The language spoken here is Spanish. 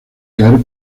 caer